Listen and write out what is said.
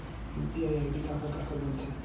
UPI ID काखर काखर बनथे?